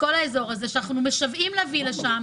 השליש זה הסיפור של הארכת התקופה מחמש לשבע שנים להיות הנכס מניב,